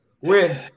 Win